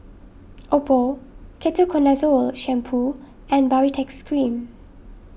Oppo Ketoconazole Shampoo and Baritex Cream